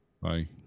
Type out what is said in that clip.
bye